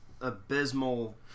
abysmal